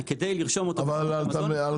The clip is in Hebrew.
אני צריך לרשום אותו וכדי לרשום אותו